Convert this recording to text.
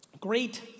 Great